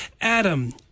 Adam